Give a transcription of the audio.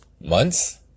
months